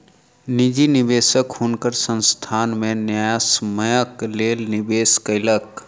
निजी निवेशक हुनकर संस्थान में न्यायसम्यक लेल निवेश केलक